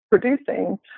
producing